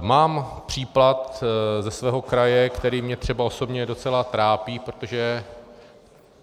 Mám případ ze svého kraje, který mě třeba osobně docela trápí, protože